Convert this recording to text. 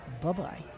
Bye-bye